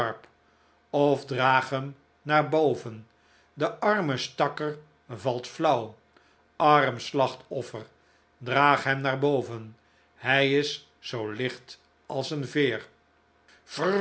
of draag hem naar boven de arme stakker valt flauw arm slachtoffer draag hem naar boven hij is zoo licht als een veer